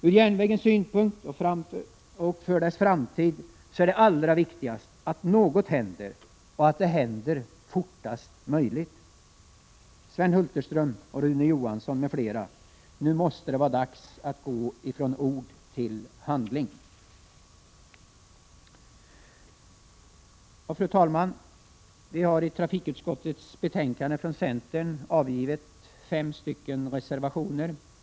Från järnvägens synpunkt och för dess framtid är det allra viktigast att något händer och att det händer fortast möjligt. Sven Hulterström och Rune Johansson m.fl., nu måste det vara dags att gå från ord till handling! Fru talman! Till trafikutskottets betänkande nr 15 har vi från centern fogat fem reservationer.